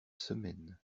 semaines